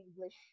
English